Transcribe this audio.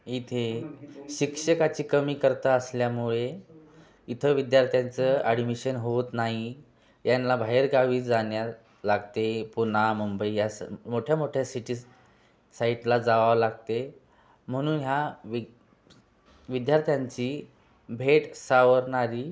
इथे शिक्षकाची कमतरता असल्यामुळे इथं विद्यार्थ्यांचं आडमिशन होत नाही यांना बाहेरगावी जाण्यास लागते पुणे मुंबई यास मोठ्या मोठ्या सिटीस साईटला जावाव लागते म्हणून ह्या वि विद्यार्थ्यांची भेट सावरणारी